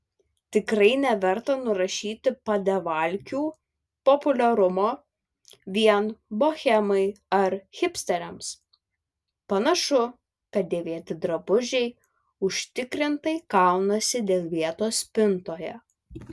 tikrai neverta nurašyti padevalkių populiarumo vien bohemai ar hipsteriams panašu kad dėvėti drabužiai užtikrintai kaunasi dėl vietos spintoje